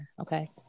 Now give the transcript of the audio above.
okay